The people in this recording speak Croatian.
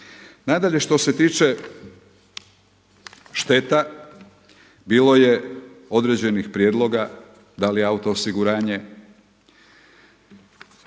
Nadalje, što se tiče šteta bilo je određenih prijedloga da li je auto osiguranje